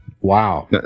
Wow